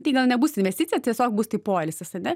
tai gal nebus investicija tiesiog bus tai poilsis ane